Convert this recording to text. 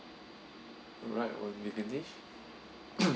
alright one vegan dish